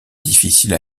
difficile